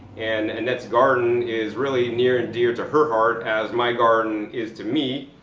and annette's garden is really near and dear to her heart as my garden is to me.